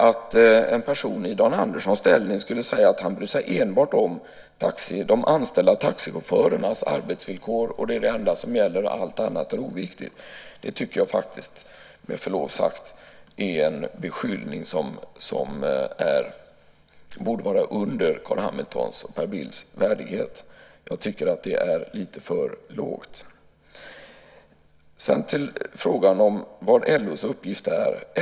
Att en person i Dan Anderssons ställning enbart skulle bry sig om de anställda taxichaufförernas arbetsvillkor, att det är det enda som gäller och att allt annat är oviktigt, tycker jag med förlov sagt är en beskyllning som borde vara under Carl B Hamiltons och Per Bills värdighet. Jag tycker att det är lite för lågt. Sedan över till frågan vad LO:s uppgift är.